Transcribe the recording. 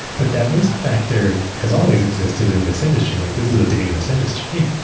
but that risk factor has always existed in this industry. like this is a dangerous industry.